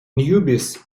newbies